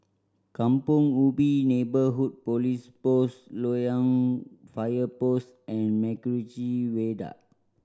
Kampong Ubi Neighbourhood Police Post Loyang Fire Post and MacRitchie Viaduct